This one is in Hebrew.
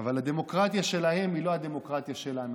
אבל הדמוקרטיה שלהם היא לא הדמוקרטיה שלנו.